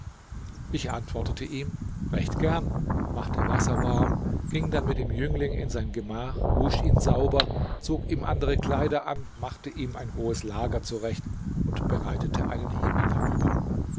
ich antwortete ihm recht gern machte wasser warm ging dann mit dem jüngling in sein gemach wusch ihn sauber zog ihm andere kleider an machte ihm ein hohes lager zurecht und breitete einen himmel darüber